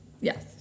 Yes